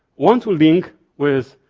want to link with